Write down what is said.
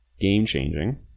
game-changing